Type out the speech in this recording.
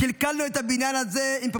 קלקלנו את הבניין הזה עם פופוליזם,